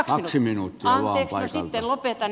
no sitten lopetan